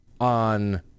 on